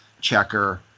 checker